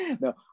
No